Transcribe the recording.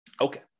Okay